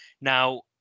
Now